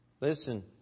Listen